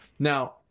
Now